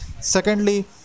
secondly